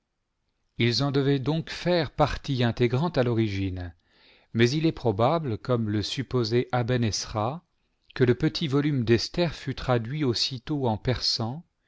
ils en devaient donc faire partie intégrante à l'origine mais il est probable comme le supposait aben-esra que le petit volume d'esther fut traduit aussitôt en persan